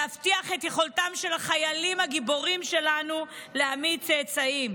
להבטיח את יכולתם של החיילים הגיבורים שלנו להעמיד צאצאים.